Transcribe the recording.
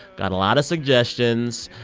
got a lot of suggestions.